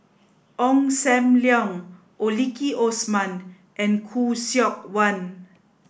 Ong Sam Leong Maliki Osman and Khoo Seok Wan